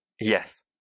Yes